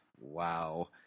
Wow